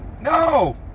No